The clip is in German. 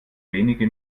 wenige